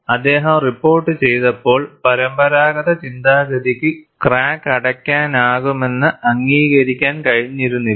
അദ്ദേഹം റിപ്പോർട്ടുചെയ്തപ്പോൾ പരമ്പരാഗത ചിന്താഗതിക്ക് ക്രാക്ക് അടയ്ക്കാനാകുമെന്ന് അംഗീകരിക്കാൻ കഴിഞ്ഞിരുന്നില്ല